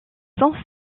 son